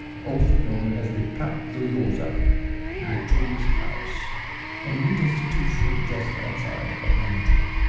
also known as the casa gioiosa the joyous house an elite institution just outside of mantua.